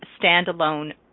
standalone